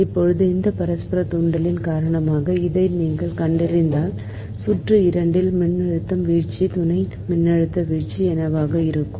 இப்போது இந்த பரஸ்பர தூண்டலின் காரணமாக இதை நீங்கள் கண்டறிந்தால் சுற்று 2 இல் மின்னழுத்த வீழ்ச்சி துணை மின்னழுத்த வீழ்ச்சி என்னவாக இருக்கும்